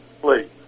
please